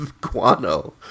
Guano